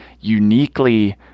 uniquely